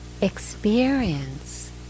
experience